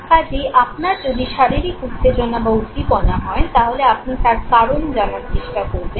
কাজেই আপনার যদি শারীরিক উত্তেজনা বা উদ্দীপনা হয় তাহলে আপনি তার কারণ জানার চেষ্টা করবেন